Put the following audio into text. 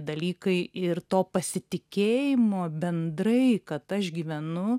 dalykai ir to pasitikėjimo bendrai kad aš gyvenu